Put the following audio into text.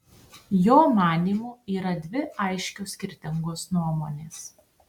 jo manymu yra dvi aiškios skirtingos nuomonės